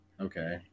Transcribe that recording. okay